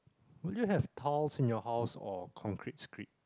would you have tiles in your house or concrete screed